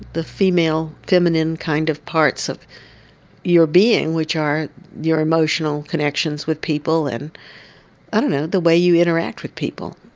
the female, feminine kind of parts of your being, which are your emotional connections with people, and i don't know, the way you interact with people.